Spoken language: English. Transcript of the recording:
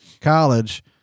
college